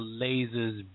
lasers